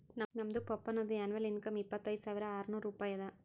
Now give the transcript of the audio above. ನಮ್ದು ಪಪ್ಪಾನದು annual income ಇಪ್ಪತೈದ್ ಸಾವಿರಾ ಆರ್ನೂರ್ ರೂಪಾಯಿ ಅದಾ